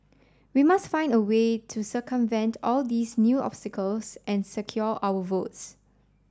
we must find a way to circumvent all these new obstacles and secure our votes